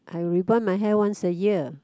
I rebond my hair once a year